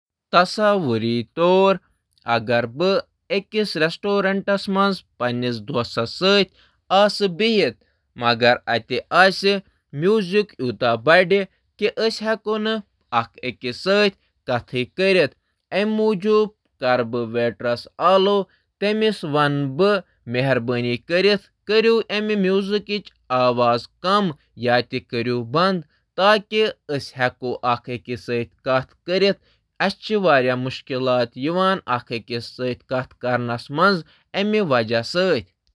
تصور کٔرِو زِ بہٕ چھُس أکِس رٮ۪سٹرٛورَنٛٹَس منٛز تہٕ موسیقی چھِ یوٗتاہ زور، بہٕ ہٮ۪کہٕ نہٕ پننِس دوستَس سۭتۍ کتھ کٔرِتھ۔ بہٕ وَنَس ویٹرَس زِ سُپیکر سُنٛد حجم کم کرُن۔ حجم کہِ تھدِ پچ کہِ وجہ سٕتۍ ہیکو نہٕ اسہِ کتھ کرِتھ۔ مہربأنی کْرتھ کْریو بند سُپیکر بند۔